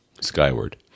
skyward